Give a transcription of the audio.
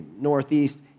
northeast